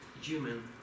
human